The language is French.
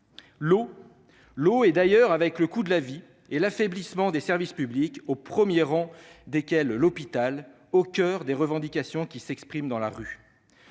est d'ailleurs, avec le coût de la vie et l'affaiblissement des services publics, au premier rang desquels l'hôpital, au coeur des revendications qui s'expriment dans la rue.